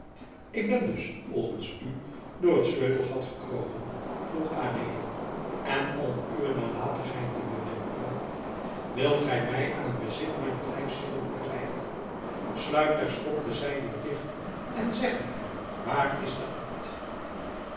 ik ben dus volgens u door het sleutelgat gekropen vroeg adeelen en om uwe nalatigheid te bewimpelen wilt gij mij aan het bezit mijner vijf zinnen doen twijfelen sluit terstond de zijdeur dicht en zeg mij waar is de abt